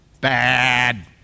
bad